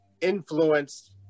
Influenced